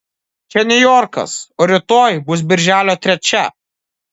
čia niujorkas o rytoj bus birželio trečia